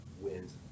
wins